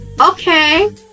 okay